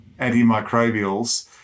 antimicrobials